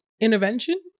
intervention